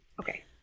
Okay